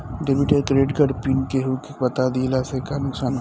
Debit या credit card PIN केहूके बता दिहला से का नुकसान ह?